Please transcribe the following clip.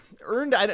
earned